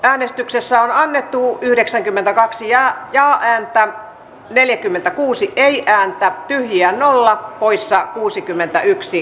äänestyksessä annettuun yhdeksänkymmentäkaksi ja jaanen neljäkymmentäkuusi keihään ja pyhiä nolla a poissa hyväksyttiin